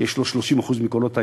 כי יש לו 30% מקולות המתנגדים,